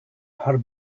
her